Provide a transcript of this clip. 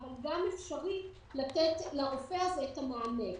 אבל גם אפשרות לתת לרופא הזה את המענה.